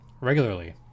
regularly